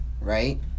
right